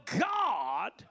God